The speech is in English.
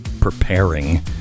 preparing